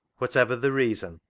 whatever the reason,